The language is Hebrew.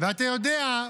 ואתה יודע,